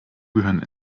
gehören